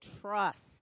Trust